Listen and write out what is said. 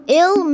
ill